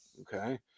Okay